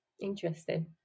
Interesting